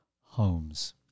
homes